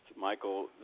Michael